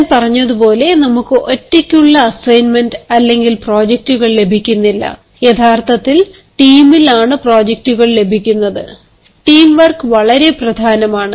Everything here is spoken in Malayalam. ഞാൻ പറഞ്ഞതുപോലെ നമുക്ക് ഒറ്റയ്ക്കുള്ള അസൈൻമെന്റ് അല്ലെങ്കിൽ പ്രോജക്റ്റുകൾ ലഭിക്കുന്നില്ല യഥാർത്ഥത്തിൽ ടീമിൽ ആണ് പ്രോജക്റ്റുകൾ ലഭിക്കുന്നത് ടീം വർക്ക് വളരെ പ്രധാനമാണ്